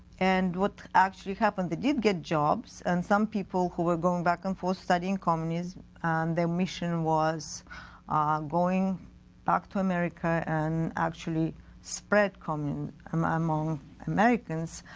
and what actually happened they did get jobs and some people who were going back and forth studying communism their mission was going back to america and actually spread communism um among americans.